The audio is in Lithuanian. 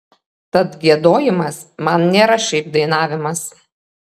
tad giedojimas man nėra šiaip dainavimas